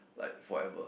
like forever